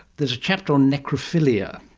there is a chapter on necrophilia,